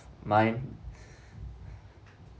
mine